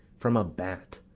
from a bat,